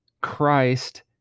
Christ